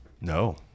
No